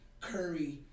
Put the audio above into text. Curry –